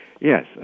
Yes